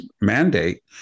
mandate